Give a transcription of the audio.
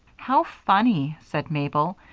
how funny! said mabel.